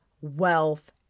wealth